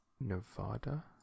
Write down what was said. Nevada